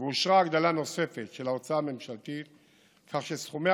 ואושרה הגדלה נוספת של ההוצאה הממשלתית כך שסכומי